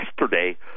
yesterday